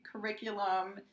curriculum